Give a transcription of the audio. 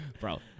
Bro